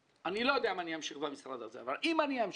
אני לא יודע אם אמשיך במשרד הזה, אבל אם אמשיך